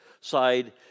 side